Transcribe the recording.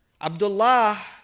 Abdullah